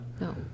No